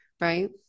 Right